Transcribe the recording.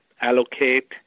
allocate